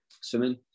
swimming